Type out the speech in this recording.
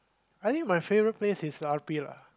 I think my favourite place is R_P lah